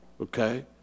okay